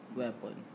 weapon